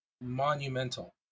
monumental